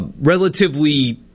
relatively